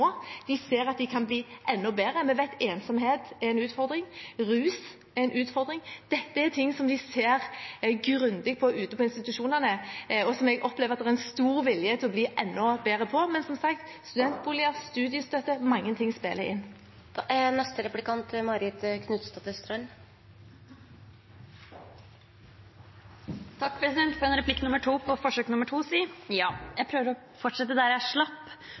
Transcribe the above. De har gode evalueringer nå, de ser at de kan bli enda bedre. Vi vet at ensomhet er en utfordring, at rus er en utfordring – dette er ting som de ser grundig på ute i institusjonene, og jeg opplever at det er en stor vilje til å bli enda bedre her. Men som sagt: Studentboliger, studiestøtte og mange ting spiller inn. Takk, president, for en replikk nummer to. Jeg prøver å fortsette der jeg slapp,